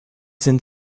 sind